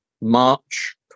March